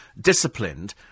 disciplined